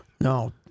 No